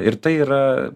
ir tai yra